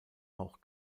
auch